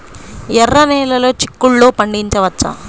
ఎర్ర నెలలో చిక్కుల్లో పండించవచ్చా?